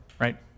Right